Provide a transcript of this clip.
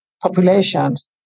populations